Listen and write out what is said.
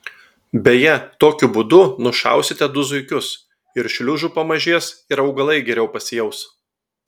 beje tokiu būdu nušausite du zuikius ir šliužų pamažės ir augalai geriau pasijaus